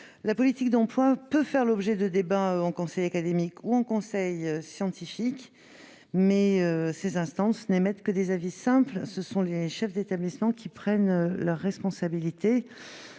la politique d'emploi peut être débattue en conseil académique ou en conseil scientifique, mais ces instances n'émettent que des avis simples ; ce sont les chefs d'établissement qui prennent leurs responsabilités.